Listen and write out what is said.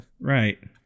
right